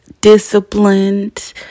disciplined